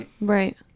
right